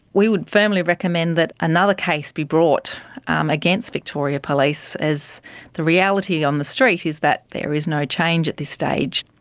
we would firmly recommend that another case be brought against victoria police, as the reality on the street is that there is no change at this stage.